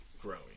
growing